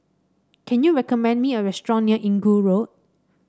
can you recommend me a restaurant near Inggu Road